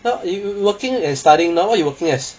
!huh! you working and studying now what you working as